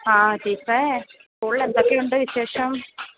ആ ടീച്ചറെ സ്കൂളിലെന്തൊക്കെയുണ്ട് വിശേഷം